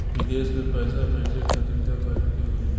विदेश मे पैसा भेजे खातिर का करे के होयी?